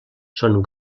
són